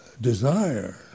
desire